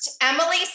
Emily